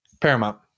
Paramount